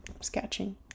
sketching